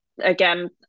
again